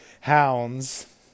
hounds